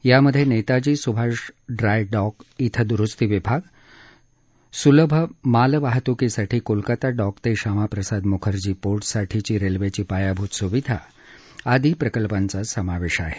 यामधे Netaji Subhash dry dock कें द्रुस्ती विभाग सुलभ माल वाहतुकीसाठी कोलकाता डॉक ते श्यामा प्रसाद मुखर्जी पोर्ट साठीची रेल्वेची पायाभूत सुविधा आदी प्रकल्पांचा समावेश आहे